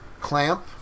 clamp